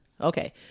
Okay